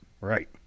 Right